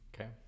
okay